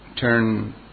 turn